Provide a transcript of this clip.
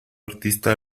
artistas